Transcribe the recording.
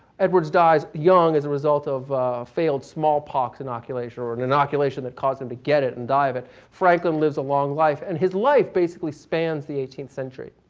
edwards dies young as a result of failed smallpox inoculation or an and inoculation that caused him to get it and die of it. franklin lives a long life, and his life basically spans the eighteenth century.